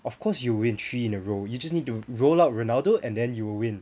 of course he will win three in a row you just need to roll out ronaldo and then you will win